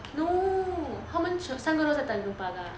no 他们三个都在 tanjong pagar